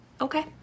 Okay